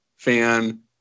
fan